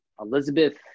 Elizabeth